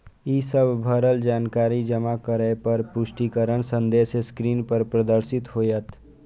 ई सब भरल जानकारी जमा करै पर पुष्टिकरण संदेश स्क्रीन पर प्रदर्शित होयत